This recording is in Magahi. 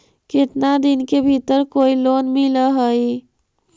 केतना दिन के भीतर कोइ लोन मिल हइ?